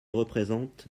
représentent